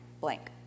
blank